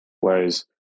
Whereas